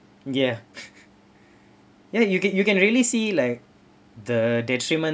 ya ya you can you can really see like the detriment